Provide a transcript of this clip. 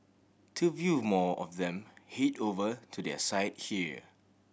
to view more of them head over to their site here